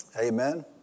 Amen